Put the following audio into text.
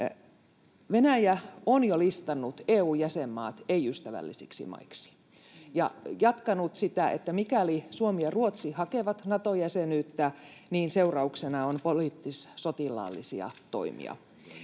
Venäjä on jo listannut EU-jäsenmaat ei-ystävällisiksi maiksi ja jatkanut siitä, että mikäli Suomi ja Ruotsi hakevat Nato-jäsenyyttä, niin seurauksena on poliittissotilaallisia toimia.